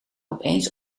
opeens